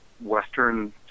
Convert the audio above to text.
Western